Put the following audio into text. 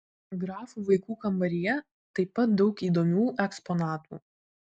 grafų vaikų kambaryje taip pat daug įdomių eksponatų